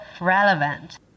relevant